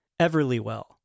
EverlyWell